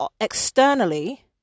externally